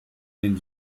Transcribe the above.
den